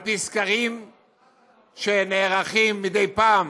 על פי סקרים שנערכים מדי פעם